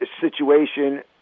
situation